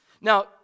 Now